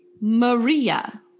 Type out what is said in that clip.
Maria